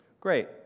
Great